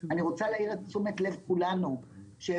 אני רוצה להעיר את תשומת לב כולנו שיש